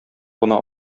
гына